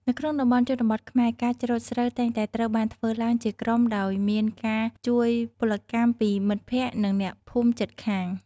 នៅក្នុងតំបន់ជនបទខ្មែរ ការច្រូតស្រូវតែងតែត្រូវបានធ្វើឡើងជាក្រុមដោយមានការជួយពលកម្មពីមិត្តភក្តិនិងអ្នកភូមិជិតខាង។